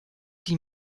die